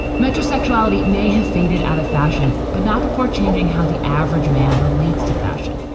metro sexuality may have faded out of fashion, but not before changing how the average man relates to fashion.